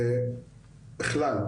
בכלל,